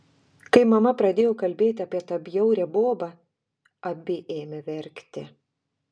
kai mama pradėjo kalbėti apie tą bjaurią bobą abi ėmė verkti